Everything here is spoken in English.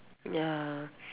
ya